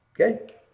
Okay